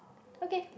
okay